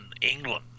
England